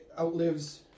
outlives